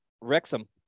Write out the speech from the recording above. wrexham